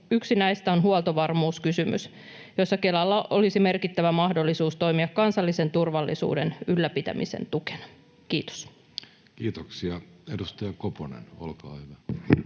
Yksi näistä on huoltovarmuuskysymys, jossa Kelalla olisi merkittävä mahdollisuus toimia kansallisen turvallisuuden ylläpitämisen tukena. — Kiitos. [Speech